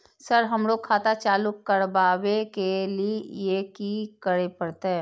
Sir हमरो खाता चालू करबाबे के ली ये की करें परते?